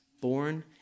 born